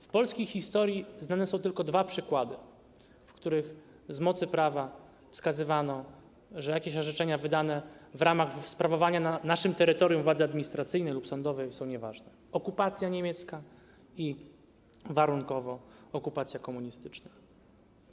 W polskiej historii znane są tylko dwa przykłady, w przypadku których z mocy prawa wskazywano, że jakieś orzeczenia wydane w ramach sprawowania na naszym terytorium władzy administracyjnej lub sądowej są nieważne: okupacja niemiecka i warunkowo okupacja komunistyczna.